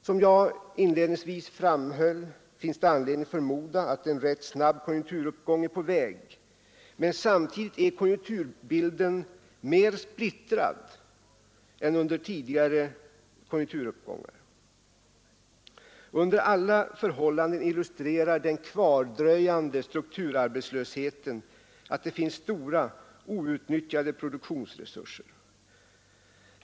Som jag inledningsvis framhöll finns det anledning förmoda att en rätt snabb konjunkturuppgång är på väg, men samtidigt är konjunkturbilden mer splittrad än vid tidigare konjunkturuppgångar. Under alla förhållanden illustrerar den kvardröjande strukturarbetslösheten att det finns stora outnyttjade produktionsresurser.